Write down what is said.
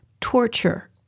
torture